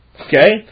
Okay